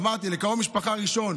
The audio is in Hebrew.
אמרתי, לקרוב משפחה ראשון.